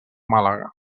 màlaga